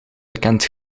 bekend